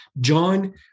John